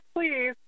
please